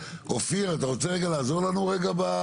אופיר אתה רוצה רגע לעזור לנו בבלבול?